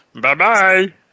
Bye-bye